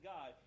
God